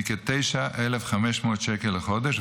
מכ-9,500 שקל לחודש,